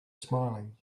smiling